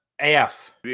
af